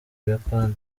buyapani